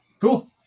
Cool